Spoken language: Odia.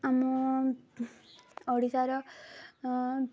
ଆମ ଓଡ଼ିଶାର